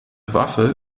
waffe